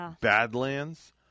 Badlands